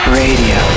radio